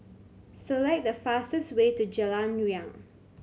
select the fastest way to Jalan Riang